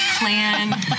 Plan